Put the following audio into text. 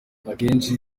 akenshi